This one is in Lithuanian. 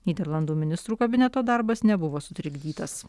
nyderlandų ministrų kabineto darbas nebuvo sutrikdytas